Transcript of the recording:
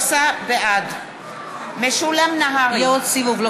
בעד משולם נהרי, בעד יהיה עוד סיבוב.